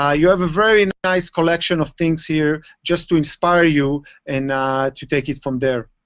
ah you have a very and nice collection of things here just to inspire you and to take it from there.